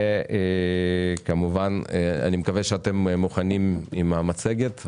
אני מקווה שאתם מוכנים עם המצגת.